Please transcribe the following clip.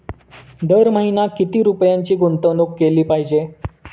दर महिना किती रुपयांची गुंतवणूक केली पाहिजे?